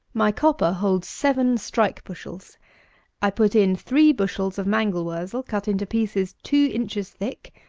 my copper holds seven strike-bushels i put in three bushels of mangel wurzel cut into pieces two inches thick,